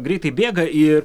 greitai bėga ir